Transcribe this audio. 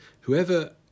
whoever